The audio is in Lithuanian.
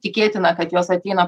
tikėtina kad jos ateina